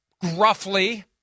gruffly